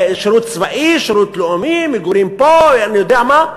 שירות צבאי, שירות לאומי, מגורים פה, אני-יודע-מה.